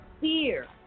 fear